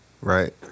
Right